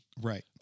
Right